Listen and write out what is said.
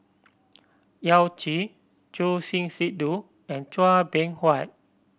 Yao Zi Choor Singh Sidhu and Chua Beng Huat